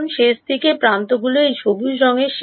কারণ শেষদিকে প্রান্তগুলি এই সবুজ রঙের